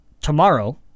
tomorrow